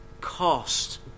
cost